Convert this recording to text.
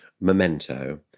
memento